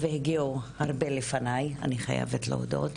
והגיעו הרבה לפניי - אני חייבת להודות.